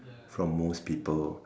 from most people